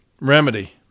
remedy